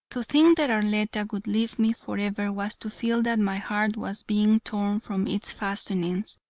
to think that arletta would leave me forever was to feel that my heart was being torn from its fastenings.